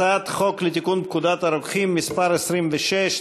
הצעת חוק לתיקון פקודת הרוקחים (מס' 26),